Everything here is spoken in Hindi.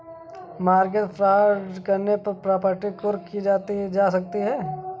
मॉर्गेज फ्रॉड करने पर प्रॉपर्टी कुर्क की जा सकती है